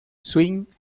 swing